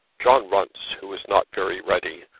john runce, who was not very ready,